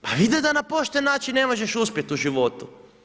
Pa ide da na pošten način ne možeš uspjeti u životu.